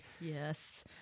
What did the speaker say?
Yes